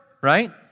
right